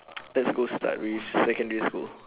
let's go start with secondary school